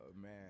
man